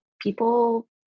people